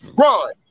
Run